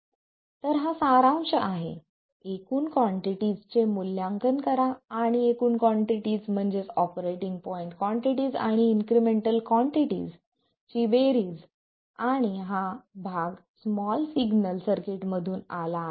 तर हा सारांश आहे एकूण कॉन्टिटीस चे मूल्यांकन करा आणि एकूण कॉन्टिटीस म्हणजे ऑपरेटिंग पॉईंट कॉन्टिटीस आणि इन्क्रिमेंटल कॉन्टिटीस ची बेरीज आणि हा भाग स्मॉल सिग्नल सर्किट मधून आला आहे